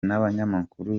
n’abanyamakuru